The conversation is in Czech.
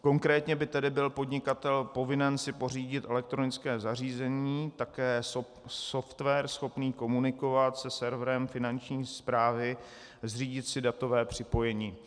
Konkrétně by tedy byl podnikatel povinen si pořídit elektronické zařízení, také software schopný komunikovat se serverem Finanční správy, zřídit si datové připojení.